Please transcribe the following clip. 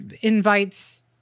invites